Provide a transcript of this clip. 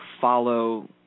follow